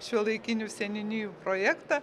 šiuolaikinių seniūnijų projektą